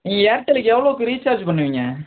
ஏர்டெல்லுக்கு எவ்வளவுக்கு ரீசார்ஜ் பண்ணுவீங்க